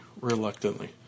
reluctantly